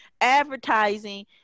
advertising